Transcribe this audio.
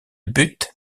buts